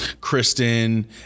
Kristen